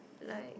like